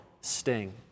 sting